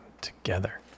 together